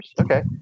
Okay